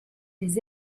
des